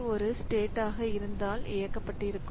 இது ஒரு ஸ்டேட் ஆக இருந்தால் இயக்கப்பட்டிருக்கும்